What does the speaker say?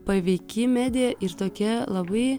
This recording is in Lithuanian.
paveiki medija ir tokia labai